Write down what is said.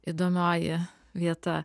įdomioji vieta